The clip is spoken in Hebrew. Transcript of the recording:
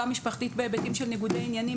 משפחתית בהיבטים של ניגודי עניינים,